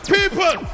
People